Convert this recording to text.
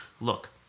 look